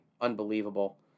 unbelievable